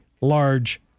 large